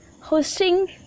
hosting